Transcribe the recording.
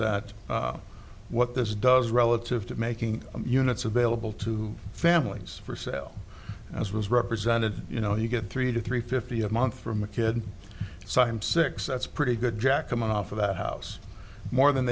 that what this does relative to making units available to families for sale as was represented you know you get three to three fifty a month from a kid so i'm six that's pretty good jack coming off of a house more than